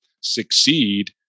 succeed